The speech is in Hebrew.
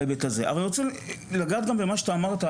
אבל אני רוצה גם לגעת במה שאמרת,